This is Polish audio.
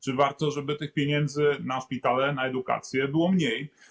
Czy warto, żeby tych pieniędzy na szpitale, na edukację było mniej?